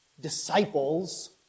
disciples